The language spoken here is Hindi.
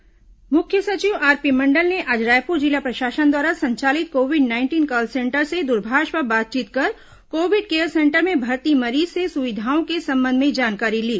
मुख्य सचिव कोविड सेंटर मुख्य सचिव आरपी मंडल ने आज रायपुर जिला प्रशासन द्वारा संचालित कोविड नाइंटीन कॉल सेंटर से दूरभाष पर बातचीत कर कोविड केयर सेंटर में भर्ती मरीज से सुविधाओं के संबंध में जानकारी ली